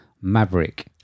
Maverick